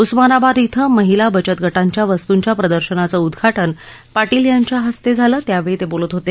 उस्मानाबाद इथं महिला बचत गटांच्या वस्तूंच्या प्रदर्शनाचं उद्घाटन पाटील यांच्या हस्ते झालं त्यावेळी ते बोलत होते